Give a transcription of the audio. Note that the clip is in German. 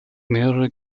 mehrere